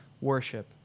worship